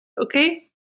okay